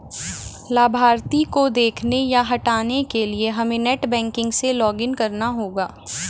लाभार्थी को देखने या हटाने के लिए हमे नेट बैंकिंग में लॉगिन करना होगा